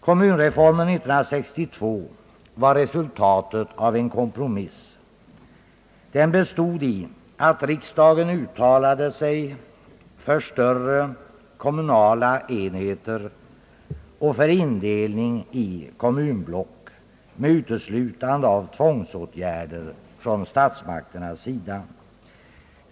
Kommunreformen 1962 var resultatet av en kompromiss. Den bestod i att riksdagen uttalade sig för störrre kommunala enheter och för en indelning i kommunblock med «uteslutande av tvångsåtgärder från statsmakternas sida.